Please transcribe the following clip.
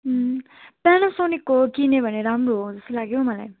प्यानासोनिकको किन्यो भने राम्रो हो जस्तो लाग्यो मलाई